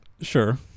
Sure